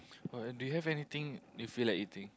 or or do you have anything you feel like eating